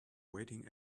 waiting